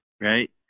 right